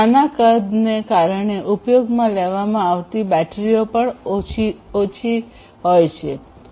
નાના કદને કારણે ઉપયોગમાં લેવામાં આવતી બેટરીઓ પણ ઓછી હોય છે